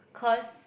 cause